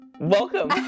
Welcome